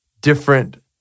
different